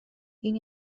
این